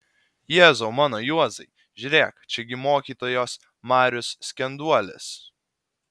jėzau mano juozai žiūrėk čia gi mokytojos marius skenduolis